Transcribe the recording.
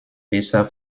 besser